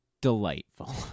delightful